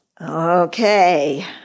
Okay